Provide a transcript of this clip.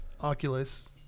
Oculus